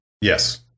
Yes